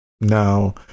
Now